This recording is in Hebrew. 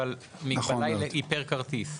אבל המגבלה היא פר כרטיס.